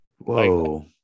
whoa